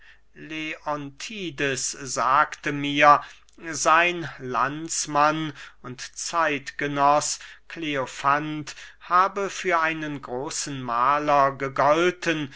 sagte mir sein landsmann und zeitgenoß kleofant habe für einen großen mahler gegolten